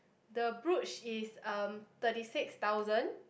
the brooch is um thirty six thousand